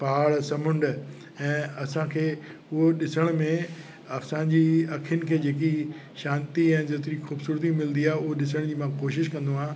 पहाड़ समुंड ऐं असांखे उहो ॾिसण में असांजी अखियुनि खे जेकी शांती ऐं जेतिरी ख़ूबसूरती मिलंदी आहे उहो ॾिसण जी मां कोशिश कंदो आहे